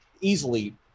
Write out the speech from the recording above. easily